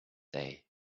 day